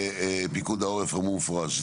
ממשלה ונציג פיקוד העורף אמרו במפורש,